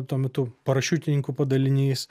tuo metu parašiutininkų padalinys